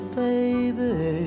baby